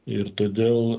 ir todėl